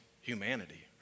humanity